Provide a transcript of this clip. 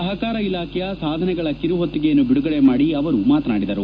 ಸಹಕಾರ ಇಲಾಖೆಯ ಸಾಧನೆಗಳ ಕಿರುಹೊತ್ತಿಗೆಯನ್ನು ಬಿಡುಗಡೆ ಮಾಡಿ ಅವರು ಮಾತನಾಡಿದರು